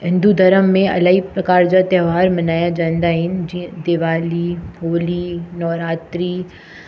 हिंदू धरम में इलाही प्रकार जा त्योहार मल्हाइजंदा आहिनि जीअं दीवाली होली नवरात्री